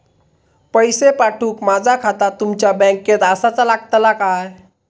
पैसे पाठुक माझा खाता तुमच्या बँकेत आसाचा लागताला काय?